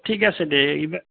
ঠিক আছে দে